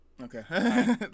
Okay